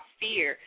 fear